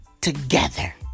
Together